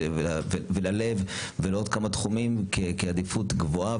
ללב ולעוד כמה תחומים כעדיפות גבוהה,